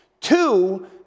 Two